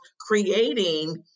creating